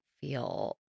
feel